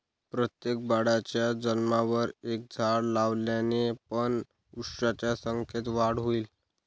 प्रत्येक बाळाच्या जन्मावर एक झाड लावल्याने पण वृक्षांच्या संख्येत वाढ होईल